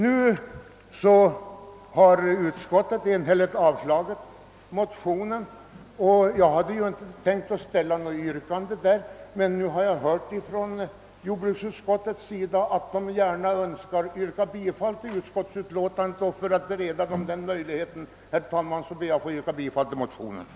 Nu har utskottet enhälligt avstyrkt motionerna, och jag hade inte tänkt ställa något yrkande, men jag har hört att man från jordbruksutskottet gärna önskar yrka bifall till utskottsutlåtandet, och för att bereda dem den möjligheten ber jag, herr talman, att få yrka bifall till motionerna.